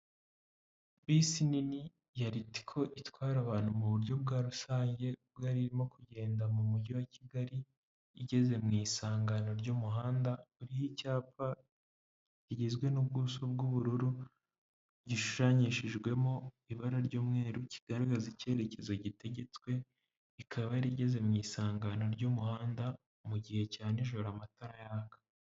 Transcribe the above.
Bisi nini ya ritico itwara abantu mu buryo bwa rusange, ubwo yari irimo kugenda mu mujyi wa Kigali, igeze mu isangano ry'umuhanda uriho icyapa kigizwe n'ubwuso bw'ubururu, gishushanyishijwemo ibara ry'umweru, kigaragaza icyerekezo gitegetswe, ikaba yari igeze mu isangano ry'umuhanda mu gihe cya n'ijoro amatara yaka.